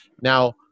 Now